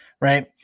Right